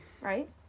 Right